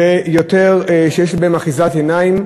ושיש בהן אחיזת עיניים,